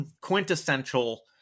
quintessential